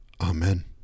Amen